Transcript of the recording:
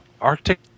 arctic